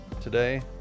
today